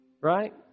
right